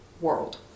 world